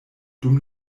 dum